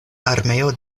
armeo